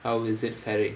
how is it fairing